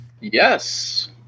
Yes